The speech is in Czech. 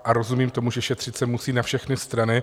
A rozumím tomu, že šetřit se musí na všechny strany.